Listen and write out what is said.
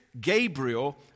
Gabriel